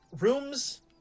Rooms